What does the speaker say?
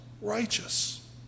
righteous